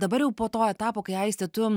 dabar jau po to etapo kai aiste tu